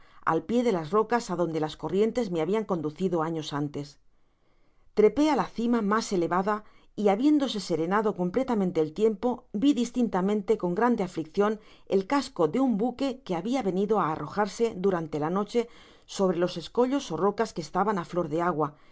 al pie de las rocas adonde las corrientes me habian conduci do años antes trepé a la cima mas elevada y habiéadose serenado completamente el tiempo vi distintamente con grande afliccion el casco de un buque que habia venido á arrojarse durante la noche sobre los escollos ó rocas que estaban á flor de agua que yo